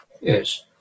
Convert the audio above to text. Yes